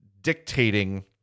dictating